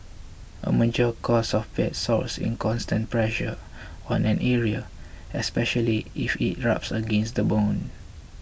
a major cause of bed sores is constant pressure on an area especially if it rubs against the bone